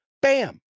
Bam